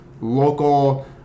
local